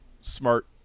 smart